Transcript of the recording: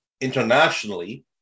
Internationally